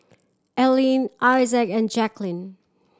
Allene Issac and Jacklyn